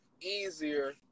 easier